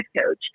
coach